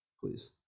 please